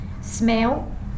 smell